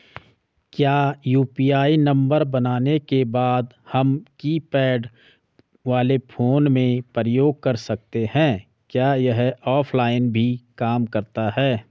क्या UPI number बनाने के बाद हम कीपैड वाले फोन में प्रयोग कर सकते हैं क्या यह ऑफ़लाइन भी काम करता है?